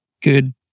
good